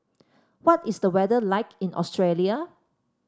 what is the weather like in Australia